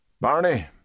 Barney